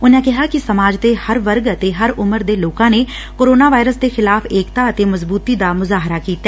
ਉਨਾਂ ਕਿਹਾ ਕਿ ਸਮਾਜ ਦੇ ਹਰ ਵਰਗ ਅਤੇ ਹਰ ਉਮਰ ਦੇ ਲੋਕਾਂ ਨੇ ਕੋਰੋਨਾ ਵਾਇਰਸ ਦੇ ਖਿਲਾਫ਼ ਏਕਤਾ ਅਤੇ ਮਜਬੁਤੀ ਦਾ ਮੁਜਾਹਰਾ ਕੀਤਾ